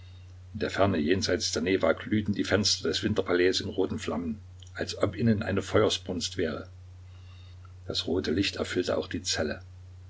der ferne jenseits der newa glühten die fenster des winterpalais in roten flammen als ob innen eine feuersbrunst wäre das rote licht erfüllte auch die zelle